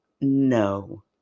No